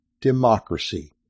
democracy